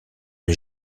les